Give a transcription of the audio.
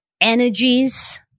energies